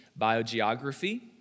biogeography